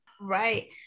Right